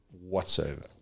whatsoever